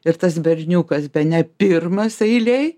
ir tas berniukas bene pirmas eilėj